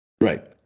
Right